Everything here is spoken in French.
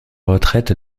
retraite